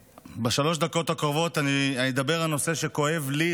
בשלוש הדקות הקרובות אני אדבר על נושא שכואב לי,